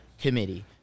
committee